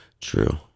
True